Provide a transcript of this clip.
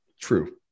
true